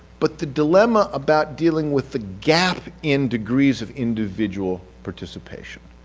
but the dilemma about dealing with the gap in degrees of individual participation.